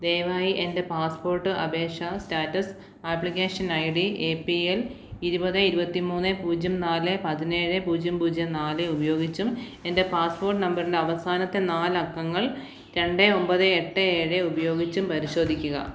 ദയവായി എന്റെ പാസ്പ്പോട്ട് അപേക്ഷ status application I D A P L ഇരുപത് ഇരുപത്തി മൂന്ന് പൂജ്യം നാല് പതിനേഴ് പൂജ്യം പൂജ്യം നാല് ഉപയോഗിച്ചും എന്റെ പാസ്പ്പോട്ട് നമ്പറിന്റെ അവസാനത്തെ നാല് അക്കങ്ങൾ രണ്ട് ഒമ്പത് എട്ട് ഏഴ് ഉപയോഗിച്ചും പരിശോധിക്കുക